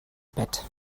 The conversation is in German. bett